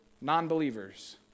non-believers